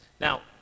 Now